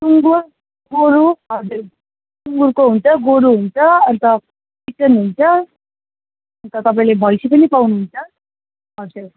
सुँगुर गोरु हजुर सुँगुरको हुन्छ गोरु हुन्छ अन्त चिकन हुन्छ अन्त तपाईँले भैँसी पनि पाउनुहुन्छ हजुर